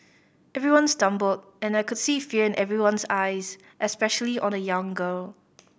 everyone stumbled and I could see fear in everyone's eyes especially on a young girl